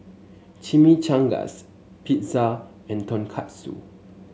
Chimichangas Pizza and Tonkatsu